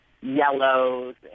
yellows